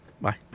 Bye